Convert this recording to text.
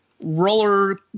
Roller